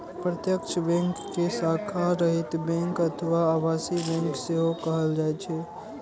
प्रत्यक्ष बैंक कें शाखा रहित बैंक अथवा आभासी बैंक सेहो कहल जाइ छै